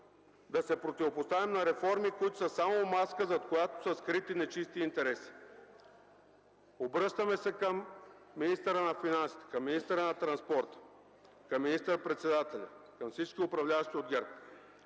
да се противопоставяме на реформи, които са само маска, зад която са скрити нечисти интереси. Обръщаме се към министъра на финансите, към министъра на транспорта, към министър-председателя, към всички управляващи от ГЕРБ